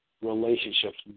relationships